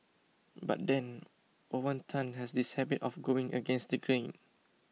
but then Owen Tan has this habit of going against the grain